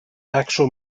actual